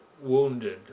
wounded